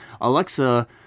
Alexa